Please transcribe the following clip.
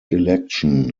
election